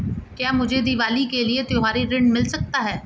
क्या मुझे दीवाली के लिए त्यौहारी ऋण मिल सकता है?